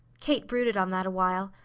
kate brooded on that awhile,